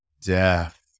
death